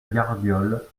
gardiole